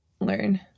Learn